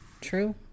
True